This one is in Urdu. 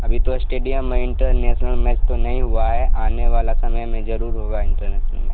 ابھی تو اسٹیڈیم میں انٹرنیشنل میچ تو نہیں ہوا ہے آنے والا سمے میں ضرور ہوگا انٹرنیشنل می